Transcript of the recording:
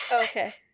okay